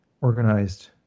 organized